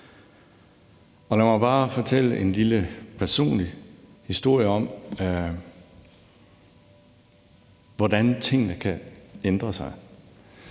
Lad mig bare fortælle en lille personlig historie om, hvordan tingene kan ændre sig.